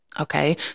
Okay